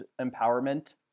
empowerment